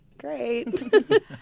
great